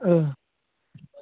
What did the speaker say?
औ